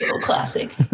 Classic